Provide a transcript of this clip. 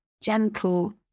gentle